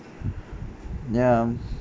ya